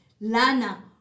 Lana